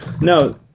No